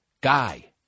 Guy